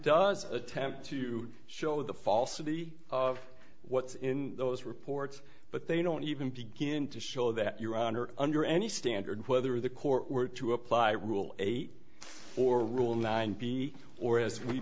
does attempt to show the falsity of what's in those reports but they don't even begin to show that your honor under any standard whether the court were to apply rule eight or rule nine b or as we